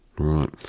Right